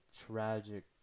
tragic